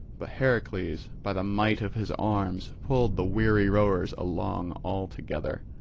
but heracles by the might of his arms pulled the weary rowers along all together,